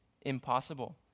impossible